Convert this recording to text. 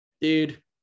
Dude